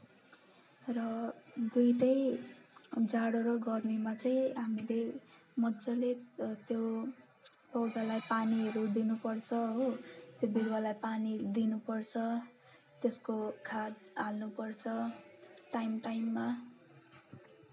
र दुइटै जाडो र गर्मीमा चाहिँ हामीले मज्जाले त्यो पौधालाई पानीहरू दिनुपर्छ हो त्यो बिरुवालाई पानीहरू दिनुपर्छ त्यसको खाद हाल्नुपर्छ टाइम टाइममा